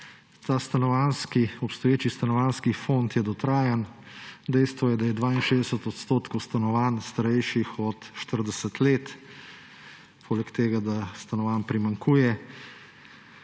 Obstoječi stanovanjski fond je dotrajan. Dejstvo je, da je 62 % stanovanj starejših od 40 let, poleg tega stanovanj primanjkuje.